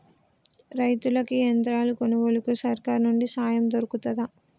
రైతులకి యంత్రాలు కొనుగోలుకు సర్కారు నుండి సాయం దొరుకుతదా?